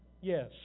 Yes